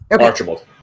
Archibald